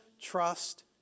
trust